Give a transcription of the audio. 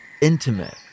intimate